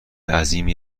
عظیمی